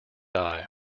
eye